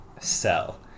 sell